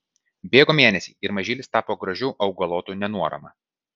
bėgo mėnesiai ir mažylis tapo gražiu augalotu nenuorama